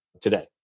today